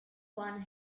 one